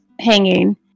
hanging